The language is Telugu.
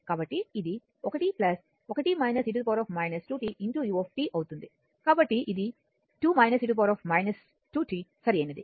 కాబట్టి ఇది 1 u అవుతుంది కాబట్టి 2 e 2t సరైనది